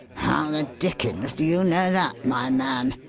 how the dickens do you know that, my man?